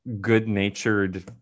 good-natured